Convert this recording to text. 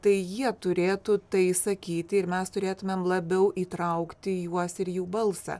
tai jie turėtų tai išsakyti ir mes turėtumėm labiau įtraukti juos ir jų balsą